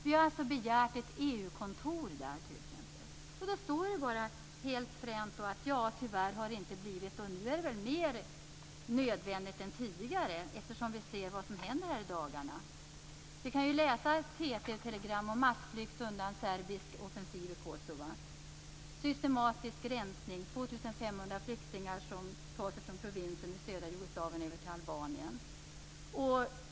Vi har begärt att ett EU-kontor skall inrättas. Då står det fränt att det tyvärr inte har blivit så. Nu är det mer nödvändigt än tidigare. Vi har ju sett vad som har hänt här i dagarna. I TT-telegram har vi kunnat läsa om massflykt undan serbisk offensiv i Kosova. Det har varit systematisk rensning. 2 500 flyktingar har tagit sig från provinsen i södra Jugoslavien till Albanien.